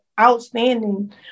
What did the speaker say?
outstanding